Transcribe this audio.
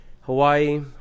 hawaii